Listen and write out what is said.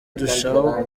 ndushaho